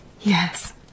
Yes